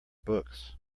books